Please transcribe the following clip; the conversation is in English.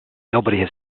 nobody